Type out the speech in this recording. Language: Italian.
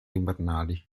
invernali